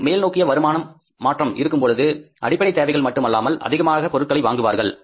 அங்கு மேல் நோக்கிய வருமான மாற்றம் இருக்கும் பொழுது அடிப்படைத் தேவைகள் மட்டுமல்லாமல் அதிகமான பொருட்களை வாங்குவார்கள்